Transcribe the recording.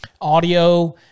audio